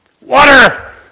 Water